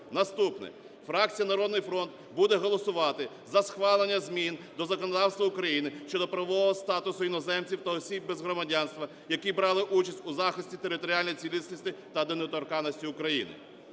Наступне. Фракція "Народний фронт" буде голосувати за схвалення змін до законодавства України щодо правового статусу іноземців та осіб без громадянства, які брали участь у захисті територіальної цілісності та недоторканності України.